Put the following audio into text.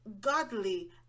godly